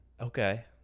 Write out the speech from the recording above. Okay